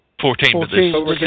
Fourteen